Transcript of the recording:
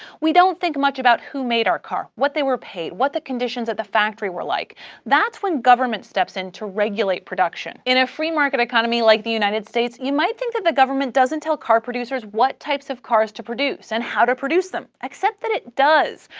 we don't think much about who made our car, what they were paid, what the conditions at the factory were like that's when government steps in to regulate production. in a free market economy like the united states, you might think that the government doesn't tell car producers what types of cars to produce and how to produce them, except that it does.